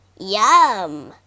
Yum